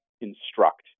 instruct